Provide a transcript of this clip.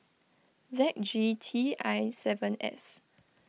Z G T I seven S